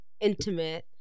intimate